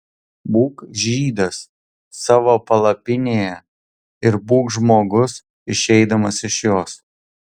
būk žydas savo palapinėje ir būk žmogus išeidamas iš jos